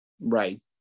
Right